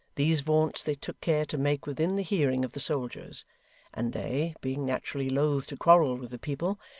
these vaunts they took care to make within the hearing of the soldiers and they, being naturally loth to quarrel with the people,